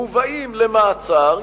מובאים למעצר,